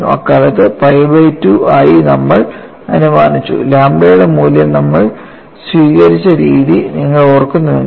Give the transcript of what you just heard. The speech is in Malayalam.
അക്കാലത്ത് പൈ ബൈ 2 ആയി നമ്മൾ അനുമാനിച്ചു ലാംഡയുടെ മൂല്യം നമ്മൾ സ്വീകരിച്ച രീതി നിങ്ങൾ ഓർക്കുന്നുവെങ്കിൽ